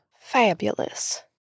Fabulous